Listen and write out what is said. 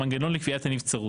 המנגנון לקביעת הנבצרות.